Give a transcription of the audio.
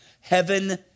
heaven